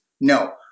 No